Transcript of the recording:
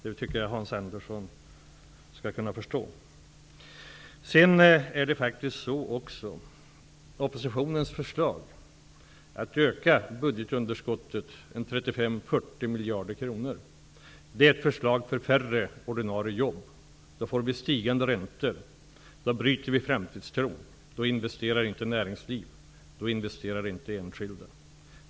Det tycker jag att Hans Andersson skall kunna förstå. Oppositionens förslag att öka budgetunderskottet med 35--40 miljarder kronor är ett förslag för färre ordinarie jobb. Då får vi stigande räntor. Då bryter vi framtidstron. Då investerar inte näringsliv. Då investerar inte enskilda.